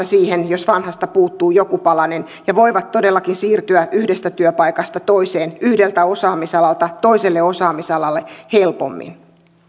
siihen jos vanhasta puuttuu joku palanen ja voivat todellakin siirtyä yhdestä työpaikasta toiseen yhdeltä osaamisalalta toiselle osaamisalalle helpommin